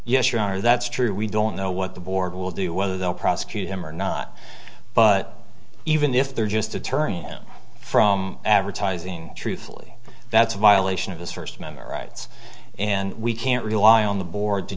yes your honor that's true we don't know what the board will do whether they'll prosecute him or not but even if they're just attorney from advertising truthfully that's a violation of the first member rights and we can't rely on the board to